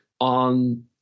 on